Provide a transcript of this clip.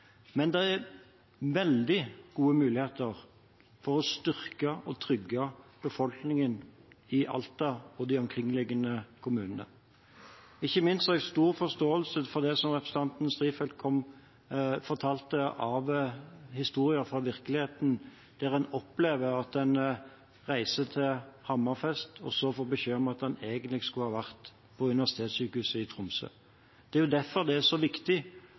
Men det er veldig gode muligheter for å styrke og trygge befolkningen i Alta og de omkringliggende kommunene. Ikke minst har jeg stor forståelse for det som representanten Strifeldt fortalte av historier fra virkeligheten, at en opplever at en reiser til Hammerfest og så får beskjed om at en egentlig skulle vært på Universitetssykehuset i Tromsø. Det er jo derfor det er så viktig